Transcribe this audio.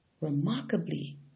Remarkably